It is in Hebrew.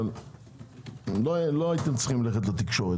אבל לא הייתם צריכים ללכת לתקשורת.